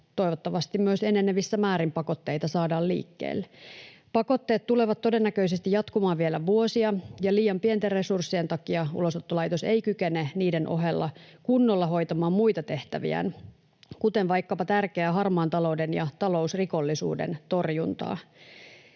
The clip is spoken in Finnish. toivottavasti myös enenevissä määrin pakotteita saadaan liikkeelle. Pakotteet tulevat todennäköisesti jatkumaan vielä vuosia, ja liian pienten resurssien takia Ulosottolaitos ei kykene niiden ohella kunnolla hoitamaan muita tehtäviään, kuten vaikkapa tärkeää harmaan talouden ja talousrikollisuuden torjuntaa.